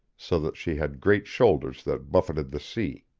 so that she had great shoulders that buffeted the sea.